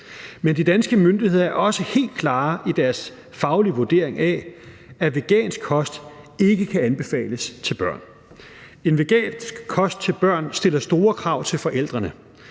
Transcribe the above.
Men de danske myndigheder er også helt klare i deres faglige vurdering af, at vegansk kost ikke kan anbefales til børn. En vegansk kost stiller store krav til forældrene.